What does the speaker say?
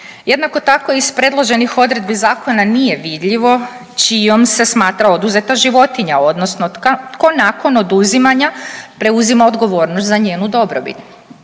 Jednako tako iz predloženih odredbi zakona nije vidljivo čijom se smatra oduzeta životinja odnosno tko nakon oduzimanja preuzima odgovornost za njenu dobrobit.